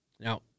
Now